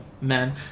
men